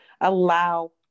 Allow